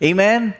Amen